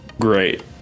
Great